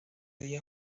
día